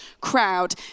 crowd